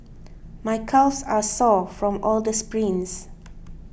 my calves are sore from all the sprints